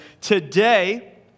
today